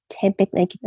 typically